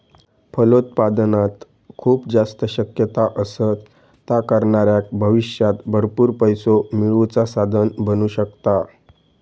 फलोत्पादनात खूप जास्त शक्यता असत, ता करणाऱ्याक भविष्यात भरपूर पैसो मिळवुचा साधन बनू शकता